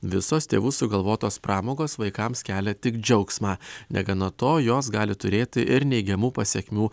visos tėvų sugalvotos pramogos vaikams kelia tik džiaugsmą negana to jos gali turėti ir neigiamų pasekmių